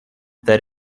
that